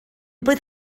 blwydd